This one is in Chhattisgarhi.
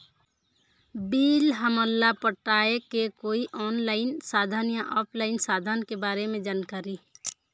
बिल हमन ला पटाए के कोई ऑनलाइन साधन या ऑफलाइन साधन के बारे मे जानकारी?